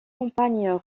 campagnes